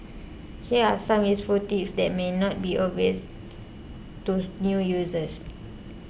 here are some useful tips that may not be obvious to new users